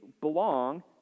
belong